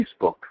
Facebook